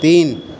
تین